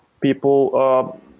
people